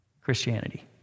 Christianity